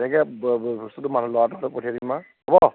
তেনেকৈ বস্তুটো ল'ৰাটো হ'লেও পঠিয়াই দিম বাৰু মই হ'ব